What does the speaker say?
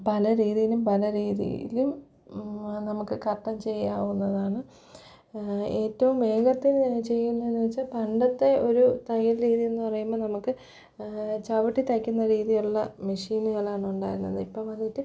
പല രീതിയിലും പല രീതിയിലും നമുക്ക് കർട്ടൻ ചെയ്യാവുന്നതാണ് ഏറ്റവും വേഗത്തിൽ ചെയ്യുന്നതെന്നു വച്ചാൽ പണ്ടത്തെ ഒരു തയ്യൽ രീതിയെന്ന് പറയുമ്പോൾ നമുക്ക് ചവിട്ടി തയ്ക്കുന്ന രീതിയുള്ള മെഷീനുകളാണ് ഉണ്ടായിരുന്നത് ഇപ്പം വന്നിട്ട്